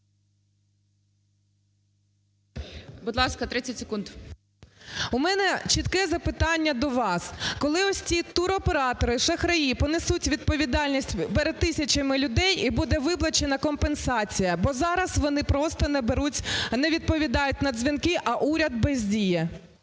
Будь ласка, 30 секунд. РОМАНОВА А.А. У мене чітке запитання до вас: коли ось ці туроператори-шахраї понесуть відповідальність перед тисячами людей і буде виплачена компенсація? Бо зараз вони просто не беруть, не відповідають на дзвінки, а урядбездіє.